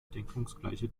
deckungsgleiche